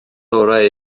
orau